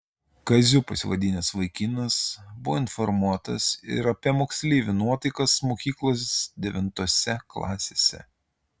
kaziu pasivadinęs vaikinas buvo informuotas ir apie moksleivių nuotaikas mokyklos devintose klasėse